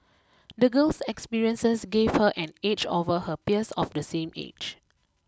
the girl's experiences gave her an edge over her peers of the same age